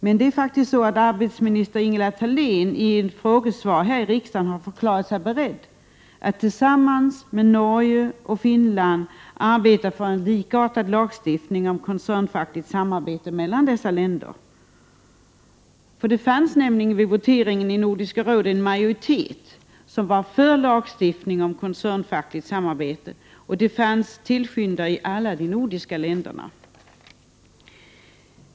Men arbetsmarknadsminister Ingela Thalén har faktiskt i ett frågesvar här i riksdagen förklarat att Sverige är berett att arbeta tillsammans med Norge och Finland för en likartad lagstiftning om koncernfackligt samarbete mellan dessa länder. Vid voteringen i Nordiska rådet fanns det en majoritet som var för en lagstiftning om koncernfackligt samarbete, och det fanns tillskyndare i alla de nordiska länderna.